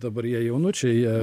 dabar jie jaunučiai jie